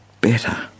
better